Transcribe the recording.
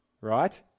Right